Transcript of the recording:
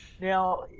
now